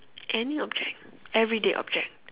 any object everyday object